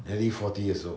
nearly forty years old